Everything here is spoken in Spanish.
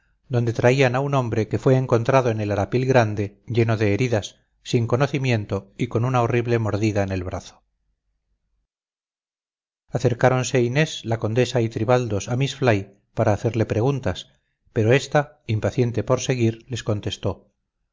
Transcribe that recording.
donde traían a un hombre que fue encontrado en el arapil grande lleno de heridas sin conocimiento y con una horrible mordida en el brazo acercáronse inés la condesa y tribaldos a miss fly para hacerle preguntas pero esta impaciente por seguir les contestó